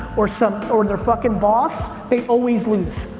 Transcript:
or so or their fucking boss, they always lose.